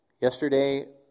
Yesterday